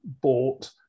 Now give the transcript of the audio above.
bought